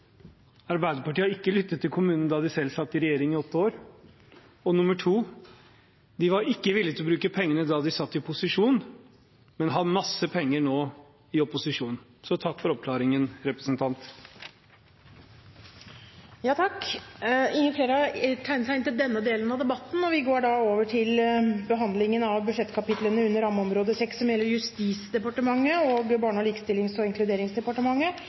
Arbeiderpartiet ikke lyttet til kommunene da de selv satt i regjering i åtte år. Nummer to er at de ikke var villige til å bruke pengene da de satt i posisjon, men har masse penger nå, i opposisjon. Så jeg sier takk for oppklaringen. Flere har ikke bedt om ordet til denne delen av debatten, og vi går over til behandlingen av budsjettkapitlene under rammeområde 6, som gjelder Justisdepartementet og Barne-, likestillings- og inkluderingsdepartementet.